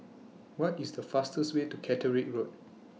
What IS The fastest Way to Catterick Road